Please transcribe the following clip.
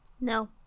No